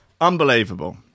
Unbelievable